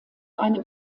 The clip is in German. einem